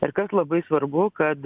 ir kas labai svarbu kad